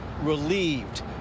relieved